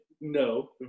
No